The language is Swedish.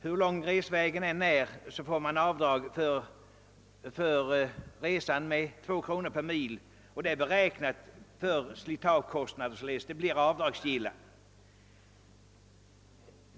Hur lång resvägen än är utöver 1 000 mil får avdrag göras med 2 kronor per mil. Även slitagekostnaden blir följaktligen avdragsgill.